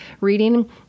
reading